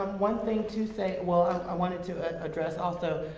um one thing to say well, i wanted to address also,